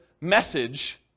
message